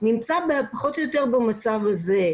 נמצא פחות או יותר במצב הזה.